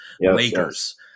Lakers